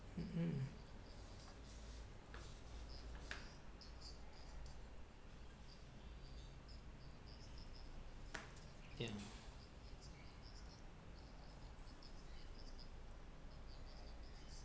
mm mm ya